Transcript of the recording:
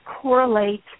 correlate